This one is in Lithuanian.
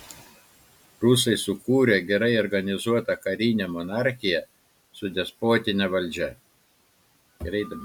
rusai sukūrė gerai organizuotą karinę monarchiją su despotine valdžia